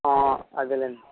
అదే లేండి